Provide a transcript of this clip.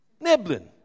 nibbling